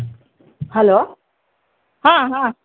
hello ಹಾಂ ಹಾಂ